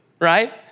right